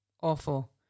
Awful